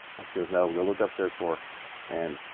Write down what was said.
and she goes no. go look upstairs for and